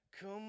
Come